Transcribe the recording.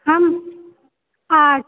हँ आर्ट्स